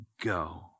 Go